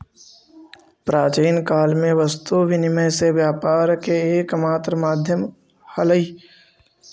प्राचीन काल में वस्तु विनिमय से व्यापार के एकमात्र माध्यम हलइ